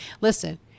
Listen